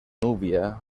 núvia